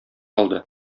алды